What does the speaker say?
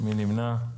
מי נמנע?